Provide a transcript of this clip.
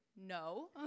no